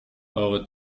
euro